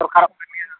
ᱫᱚᱨᱠᱟᱨᱚᱜ ᱠᱟᱱ ᱜᱮᱭᱟ